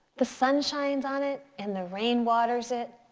the sun shines on it and the rain waters it.